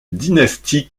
dynastie